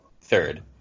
third